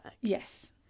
Yes